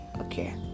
okay